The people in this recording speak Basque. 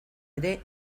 ere